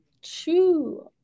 two